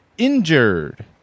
Injured